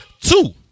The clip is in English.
two